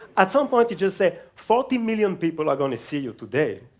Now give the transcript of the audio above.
at some point, he just said, forty million people are going to see you today.